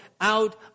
out